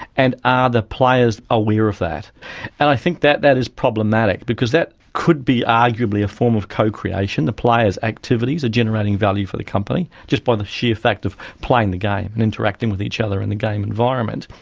and are the players aware of that? and i think that that is problematic, because that could be arguably a form of co-creation. the players' activities are generating value for the company, just by the sheer fact of playing the game and interacting with each other in the game environment.